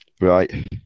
Right